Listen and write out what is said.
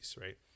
Right